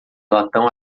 latão